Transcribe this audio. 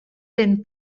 den